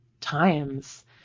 times